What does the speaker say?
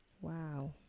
Wow